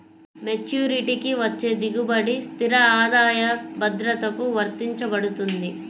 మెచ్యూరిటీకి వచ్చే దిగుబడి స్థిర ఆదాయ భద్రతకు వర్తించబడుతుంది